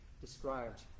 described